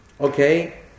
okay